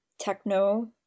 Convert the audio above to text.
techno